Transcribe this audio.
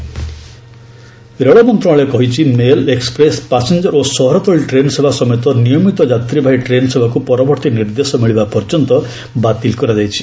railway ticket cancellation ରେଳ ମନ୍ତ୍ରଶାଳୟ କହିଛି ମେଲ୍ ଏକ୍ସପ୍ରେସ୍ ପାସେଞ୍ଜର ଓ ସହରତଳି ଟ୍ରେନ୍ ସେବା ସମେତ ନିୟମିତ ଯାତ୍ରୀବାହୀ ଟ୍ରେନ୍ ସେବାକୁ ପରବର୍ତ୍ତୀ ନିର୍ଦ୍ଦେଶ ମିଳିବା ପର୍ଯ୍ୟନ୍ତ ବାତିଲ କରାଯାଇଛି